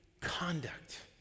conduct